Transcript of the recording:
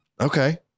Okay